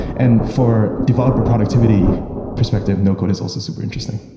and for developer productivity perspective, no-code is so super interesting